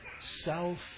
self